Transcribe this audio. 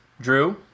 Drew